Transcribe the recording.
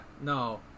no